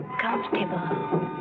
comfortable